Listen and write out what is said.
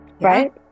Right